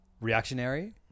reactionary